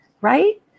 right